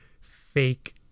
fake